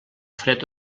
fred